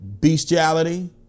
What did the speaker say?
Bestiality